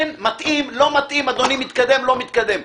כן, מתאים, לא מתאים, אדוני מתקדם, לא מתקדם.